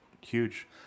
huge